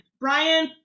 Brian